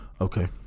Okay